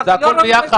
ברור, זה הכול ביחד.